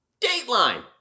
Dateline